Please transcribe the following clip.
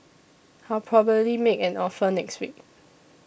I'll probably make an offer next week